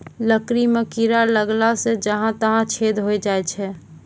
लकड़ी म कीड़ा लगला सें जहां तहां छेद होय जाय छै